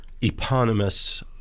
eponymous